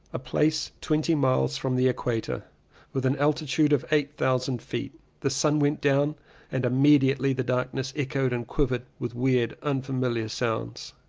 a place twenty miles from the equator with an altitude of eight thousand feet. the sun went down and immediately the darkness echoed and quivered with weird unfamiliar sounds.